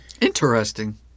Interesting